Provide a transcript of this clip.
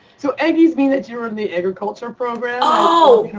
so aggies mean that you're in the agriculture program. oh,